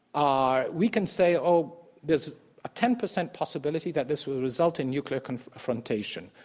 ah we can say, oh, there's a ten percent possibility that this will result in nuclear confrontation.